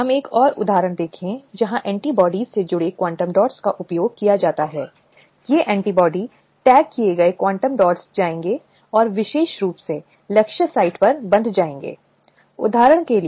slide समय देखें 1615 अब यहाँ जब हम यौन उत्पीड़न की बात कर रहे हैं तो यह मूल रूप से महिलाओं को कार्यस्थल के संबंध में सुरक्षा प्रदान करता है